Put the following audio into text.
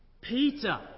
Peter